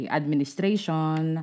administration